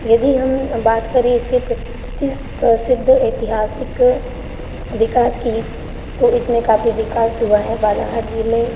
यदि हम बात करें इसके प्रसिद्ध ऐतिहासिक विकास की तो इसमें काफ़ी विकास हुआ है बालाघाट ज़िले